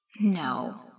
No